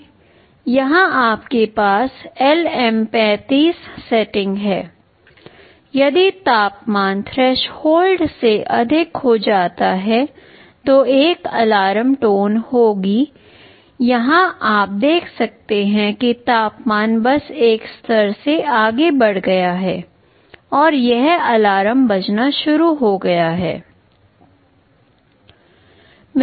यहां आपके पास LM35 सेटिंग है यदि तापमान थ्रेशोल्ड से अधिक हो जाता है तो एक अलार्म टोन होगी यहां आप देख सकते हैं कि तापमान बस एक स्तर से आगे बढ़ गया है और यह अलार्म बजना शुरू हो गया है